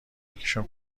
یکیشون